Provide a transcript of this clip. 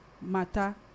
matter